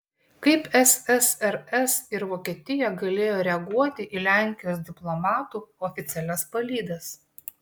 kaip ssrs ir vokietija galėjo reaguoti į lenkijos diplomatų oficialias palydas